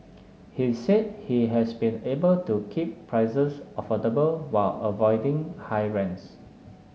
he said he has been able to keep prices affordable while avoiding high rents